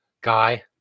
guy